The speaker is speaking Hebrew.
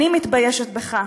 אני מתביישת בך.